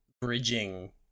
bridging